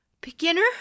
Beginner